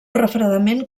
refredament